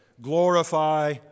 Glorify